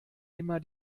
immer